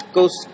goes